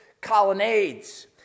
colonnades